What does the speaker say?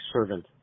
servant